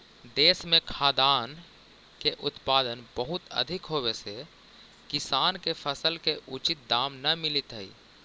देश में खाद्यान्न के उत्पादन बहुत अधिक होवे से किसान के फसल के उचित दाम न मिलित हइ